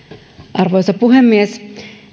arvoisa puhemies